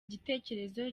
gitekerezo